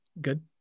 Good